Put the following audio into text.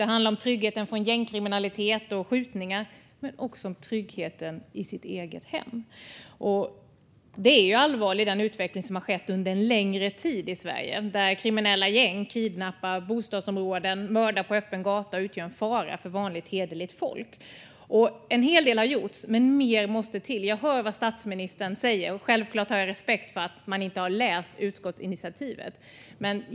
Det handlar om att vara tryggad mot gängkriminalitet och skjutningar, men det handlar också om tryggheten i det egna hemmet. Den utveckling som har skett under en längre tid i Sverige är allvarlig. Kriminella gäng kidnappar bostadsområden, mördar på öppen gata och utgör en fara för vanligt, hederligt folk. En hel del har gjorts, men mer måste till. Jag hör vad statsministern säger, och självklart har jag respekt för att han inte har läst utskottsinitiativet.